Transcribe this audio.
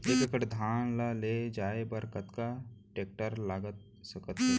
एक एकड़ धान ल ले जाये बर कतना टेकटर लाग सकत हे?